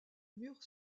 mur